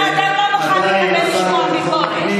אתה אדם שלא מוכן לשמוע ביקורת.